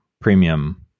premium